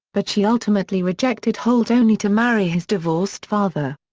but she ultimately rejected holt only to marry his divorced father.